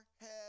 head